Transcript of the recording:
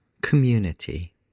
community